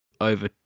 over